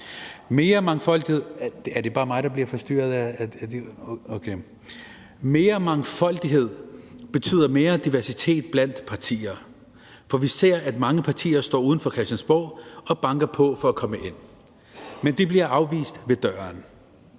Mere mangfoldighed betyder mere diversitet blandt partierne. For vi ser, at mange partier står uden for Christiansborg og banker på for at komme ind, men de bliver afvist ved døren.